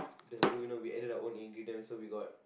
the blue you know we added our own ingredients so we got